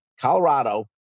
Colorado